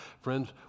Friends